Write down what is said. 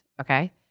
okay